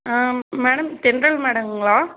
ஆ madam Thendral மேடங்களா